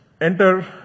enter